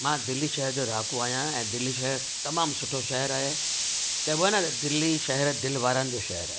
मां दिल्ली शहर जो रहाको आहियां ऐं दिल्ली शहरु तमामु सुठो शहरु आहे चइबो आहे न दिल्ली शहरु दिलि वारनि जो शहरु आहे